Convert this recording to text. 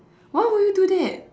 why would you do that